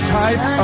type